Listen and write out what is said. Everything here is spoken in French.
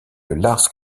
lars